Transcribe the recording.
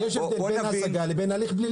אבל לימור, יש הבדל בין השגה לבין הליך פלילי.